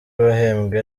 wahembwe